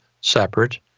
separate